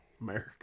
America